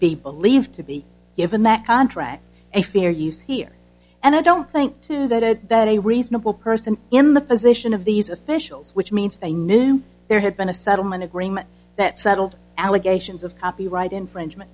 be believed to be given that contract a fair use here and i don't think to that that a reasonable person in the position of these officials which means they knew there had been a settlement agreement that settled allegations of copyright infringement